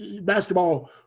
basketball